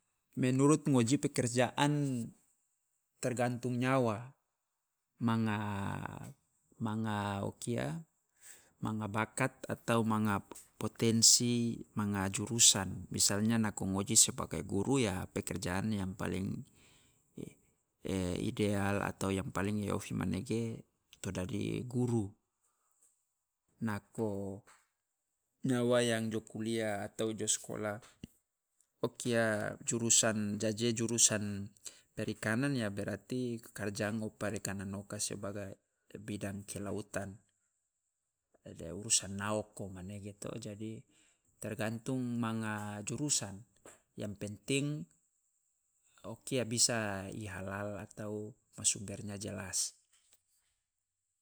Menurut ngoji pekerjaan. Tergantung nyawa, manga manga o kia manga bakat atau manga potensi manga jurusan, misalnya nako ngoji sebagai guru ya pekerjaan yang paling ideal atau yang paling i ofi manege to dadi guru. Nako nyawa yang jo kuliah atau jo skola o kia jurusan jaje jurusan perikanan ya berarti karja ngo parikanan oka sebagai bidang kelautan dea urusan naoko manege to jadi, tergantung manga jurusan, yang penting o kia bisa i halal atau ma sumbernya jelas.